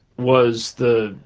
was the,